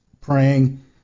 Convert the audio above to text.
praying